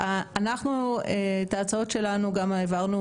אנחנו את ההצעות שלנו גם העברנו